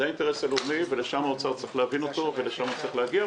זה האינטרס הלאומי וכך משרד האוצר צריך להבין אותו ולשם הוא צריך להגיע.